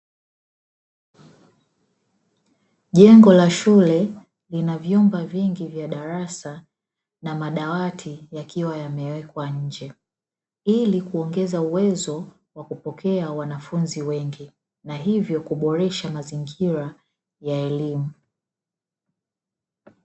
Jengo la shule lina vyumba vingi vya darasa na madawati yakiwa yamewekwa nje, ili kuongeza uwezo wa kupokea wanafunzi wengi na hivyo kuboresha mazingira ya elimu.